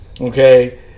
okay